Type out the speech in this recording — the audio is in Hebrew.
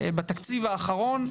בתקציב האחרון,